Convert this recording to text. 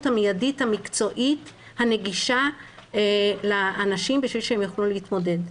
המידית המקצועית הנגישה לאנשים כדי שהם יוכלו להתמודד.